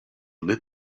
lit